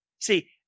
See